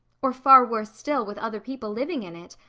or far worse still, with other people living in it.